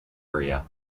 area